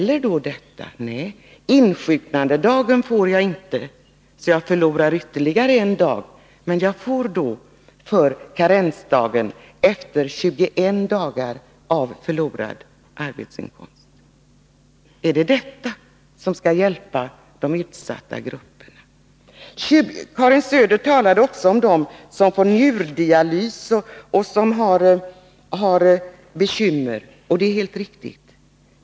Nej, insjuknandedagen får de inte för, så de förlorar ytterligare en dag, men de får för karensdagen efter 21 dagar av förlorad arbetsinkomst. Är det detta som skall hjälpa de utsatta grupperna? Karin Söder talade också om dem som får njurdialys.